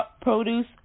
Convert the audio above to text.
produce